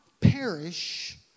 perish